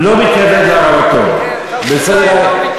לא מתקרבת לרמתו, בסדר גמור.